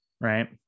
right